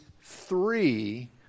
three